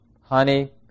honey